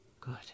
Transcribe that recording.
Good